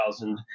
2000